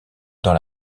dans